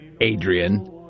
Adrian